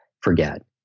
forget